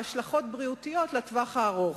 והשלכות בריאותיות לטווח הארוך.